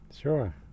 sure